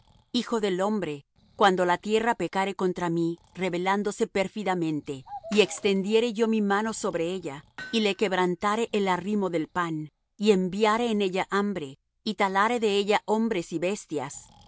hijo del hombre cuando la tierra pecare contra mí rebelándose pérfidamente y extendiere yo mi mano sobre ella y le quebrantare el arrimo del pan y enviare en ella hambre y talare de ella hombres y bestias